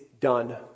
done